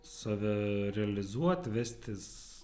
save realizuot vestis